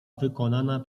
wykonana